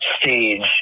stage